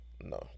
No